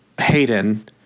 Hayden